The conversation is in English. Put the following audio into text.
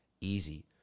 easy